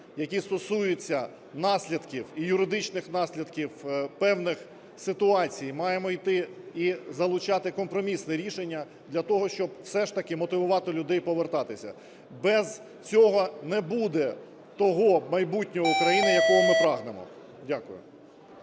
які стосуються наслідків і юридичних наслідків певних ситуацій, маємо іти і залучати компромісне рішення для того, щоб все ж таки мотивувати людей повертатися. Без цього не буде того майбутнього України, якого ми прагнемо. Дякую.